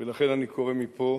ולכן אני קורא מפה